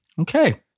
Okay